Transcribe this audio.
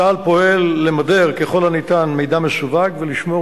צה"ל פועל למדר ככל הניתן מידע מסווג ולשמור